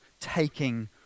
taking